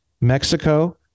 mexico